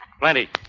Plenty